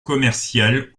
commerciale